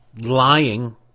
lying